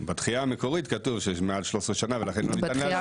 בדחיה המקורית כתוב שזה מעל 13 שנה ולכן לא ניתן לאפשר,